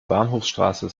bahnhofsstraße